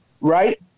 right